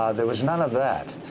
ah there was none of that.